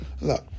Look